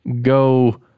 go